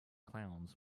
clowns